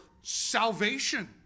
salvation